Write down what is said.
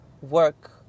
work